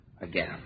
again